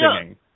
singing